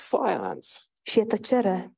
silence